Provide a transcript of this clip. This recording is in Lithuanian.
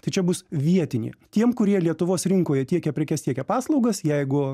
tai čia bus vietinė tiem kurie lietuvos rinkoje tiekia prekes tiekia paslaugas jeigu